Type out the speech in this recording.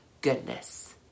goodness